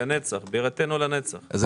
אנחנו